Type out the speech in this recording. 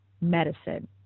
medicine